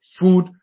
food